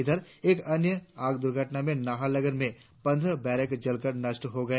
इधर एक अन्य आग दुर्घटना में नाहरलगन में पंद्रह बैरेक जलकर नष्ट हो गए